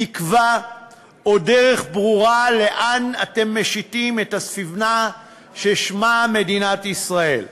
תקווה או דרך ברורה לאן אתם משיטים את הספינה ששמה מדינת ישראל.